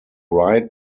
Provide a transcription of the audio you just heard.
write